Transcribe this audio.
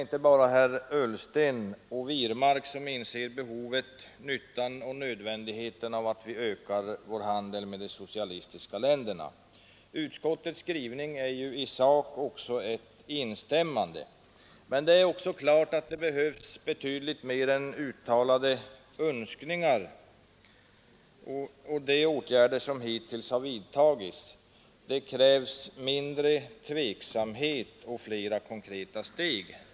Inte bara herrar Ullsten och Wirmark inser behovet och nödvändigheten av att vi ökar vår handel med de socialistiska länderna. Utskottets 187 skrivning är ju också i sak ett instämmande. Men det är även klart att det behövs betydligt mer än uttalade önskningar och de åtgärder som hittills vidtagits. Det krävs mindre tveksamhet och flera konkreta steg.